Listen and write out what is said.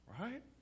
Right